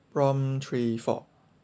prompt three four